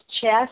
chest